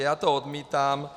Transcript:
Já to odmítám.